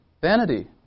vanity